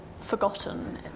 forgotten